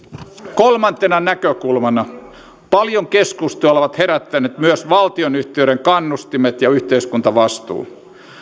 kolmantena näkökulmana paljon keskustelua ovat herättäneet myös valtionyhtiöiden kannustimet ja yhteiskuntavastuu